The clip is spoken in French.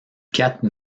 quatre